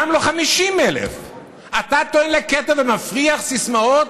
גם לא 50,000. אתה טוען לכתר ומפריח סיסמאות